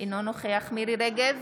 אינו נוכח מירי מרים רגב,